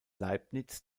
leibniz